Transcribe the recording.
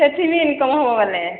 ସେଠି ବି ଇନକମ୍ ବଲେ